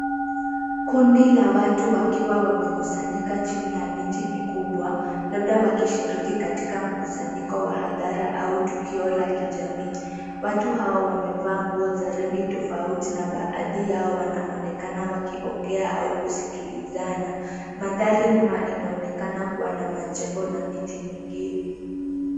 Kundi la watu wakiwa wamekusanyika jini ya miti mikubwa labda wakishiriki katika mkusanyiko wa hadara au tukio ya jamii. Watu hawa wamevaa nguo za rangi tafauti na bahati yao wanaonekana wakiongea au kusikilizana. Maandari nyuma unaonekana kuwa na majengo na miti mingine.